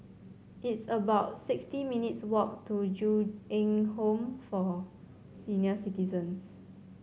it's about sixty minutes' walk to Ju Eng Home for Senior Citizens